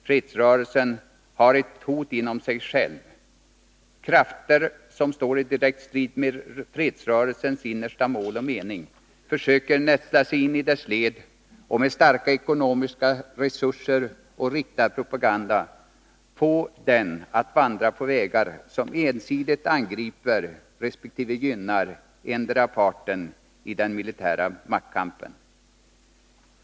Fredsrörelsen har ett hot inom sig själv: Krafter som står i direkt strid med fredsrörelsens innersta mål och mening försöker nästla sigini dess led och med starka ekonomiska resurser och riktad propaganda få den att vandra på vägar som ensidigt angriper resp. gynnar endera parten i den militära maktkampen.